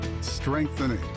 strengthening